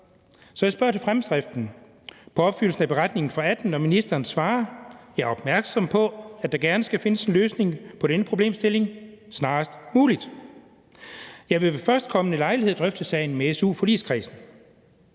Så jeg spørger til fremdriften på opfølgningen på beretningen fra 2018, og ministeren svarer: »Jeg er opmærksom på, at der gerne skal findes en løsning på denne problemstilling snarest muligt. ... Jeg vil ved førstkommende lejlighed drøfte sagen med SU-forligskredsen.«